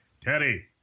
Teddy